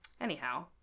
anyhow